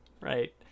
Right